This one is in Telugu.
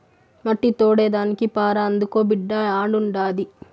మట్టి తోడేదానికి పార అందుకో బిడ్డా ఆడుండాది